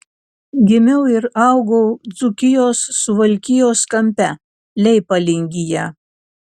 gimiau ir augau dzūkijos suvalkijos kampe leipalingyje